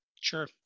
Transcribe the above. Sure